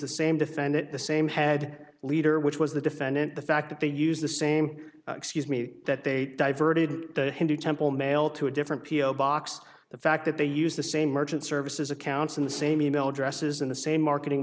the same defendant the same had a leader which was the defendant the fact that they used the same excuse me that they diverted the hindu temple mail to a different p o box the fact that they used the same merchant services accounts in the same email addresses in the same marketing